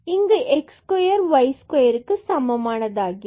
இங்கு x square y square க்கு சமமானது ஆகிறது